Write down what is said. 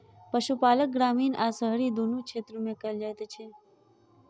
पशुपालन ग्रामीण आ शहरी दुनू क्षेत्र मे कयल जाइत छै